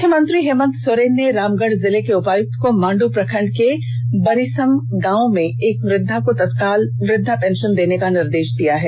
मुख्यमंत्री हेंमत सोरेन ने रामगढ़ जिले के उपायुक्त को मांडू प्रखंड के बरीसम गांव की एक वृद्वा को तत्काल वृद्वा पेंषन देने का निर्देष दिया है